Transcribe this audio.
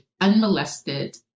unmolested